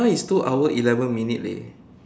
now is two hour eleven minute leh